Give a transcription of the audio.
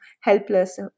helpless